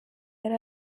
yari